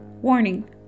Warning